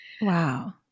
Wow